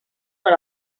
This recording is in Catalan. per